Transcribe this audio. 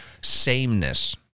sameness